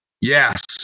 Yes